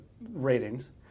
ratings